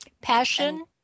Passion